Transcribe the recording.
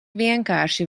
vienkārši